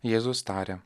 jėzus tarė